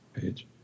page